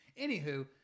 Anywho